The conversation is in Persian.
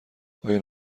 آیا